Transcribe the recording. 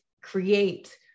create